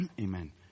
Amen